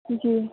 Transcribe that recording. जी